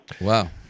wow